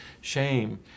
shame